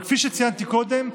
וכפי שציינתי קודם,